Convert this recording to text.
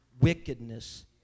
wickedness